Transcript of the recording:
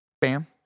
bam